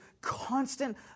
constant